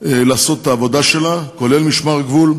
לעשות את העבודה שלה, כולל משמר הגבול.